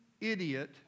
idiot